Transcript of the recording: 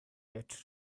yet